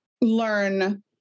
learn